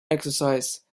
exercise